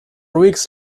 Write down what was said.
weeks